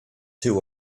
two